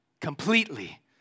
completely